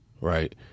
right